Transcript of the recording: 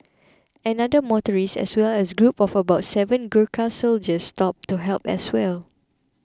another motorist as well as a group of about seven Gurkha soldiers stopped to help as well